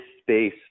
space